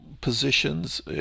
positions